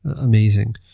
amazing